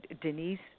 Denise